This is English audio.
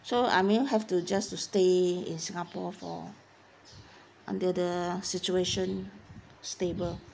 so I mean have to just to stay in singapore for until the situation stable